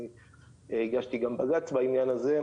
אני הגשתי גם בג"צ בעניין הזה,